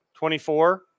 $24